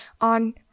on